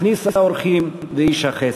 מכניס האורחים ואיש החסד.